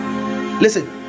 listen